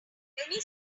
many